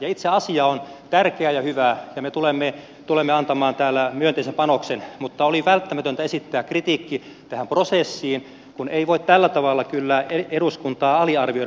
itse asia on tärkeä ja hyvä ja me tulemme antamaan täällä myönteisen panoksen mutta oli välttämätöntä esittää kritiikki tähän prosessiin kun ei voi tällä tavalla kyllä eduskuntaa aliarvioida